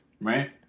Right